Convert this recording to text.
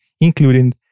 including